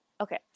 Okay